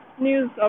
News